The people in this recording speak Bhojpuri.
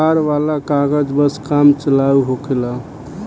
अखबार वाला कागज बस काम चलाऊ होखेला